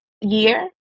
year